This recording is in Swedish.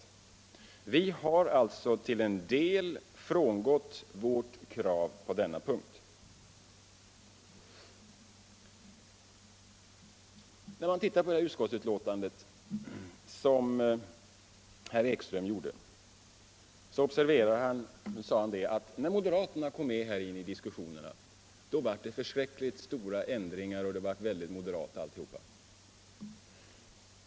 Vi har alltså till en del frångått vårt krav på den punkten. Herr Ekström granskade utskottets betänkande och sade, att när moderaterna kom in i diskussionen blev det förskräckligt stora ändringar, och allting blev väldigt moderat.